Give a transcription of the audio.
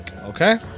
Okay